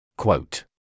Quote